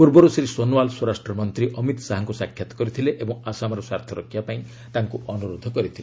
ପୂର୍ବରୁ ଶ୍ରୀ ସୋନଓ୍ୱାଲ ସ୍ୱରାଷ୍ଟ୍ରମନ୍ତ୍ରୀ ଅମିତ ଶାହାଙ୍କୁ ସାକ୍ଷାତ କରିଥିଲେ ଓ ଆସାମର ସ୍ୱାର୍ଥରକ୍ଷା ପାଇଁ ତାଙ୍କୁ ଅନୁରୋଧ କରିଥିଲେ